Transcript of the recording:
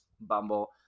Bumble